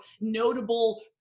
notable